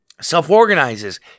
self-organizes